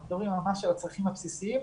אנחנו מדברים ממש על הצרכים הבסיסיים.